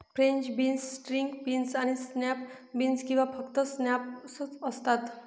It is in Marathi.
फ्रेंच बीन्स, स्ट्रिंग बीन्स आणि स्नॅप बीन्स किंवा फक्त स्नॅप्स असतात